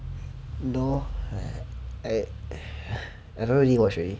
no I I I don't really watch already